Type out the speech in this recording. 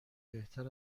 بهتر